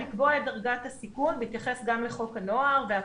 לקבוע את דרגת הסיכון בהתייחס גם לחוק הנוער והפקה"ס.